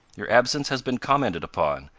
your absence has been commented upon,